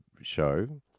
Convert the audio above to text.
show